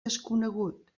desconegut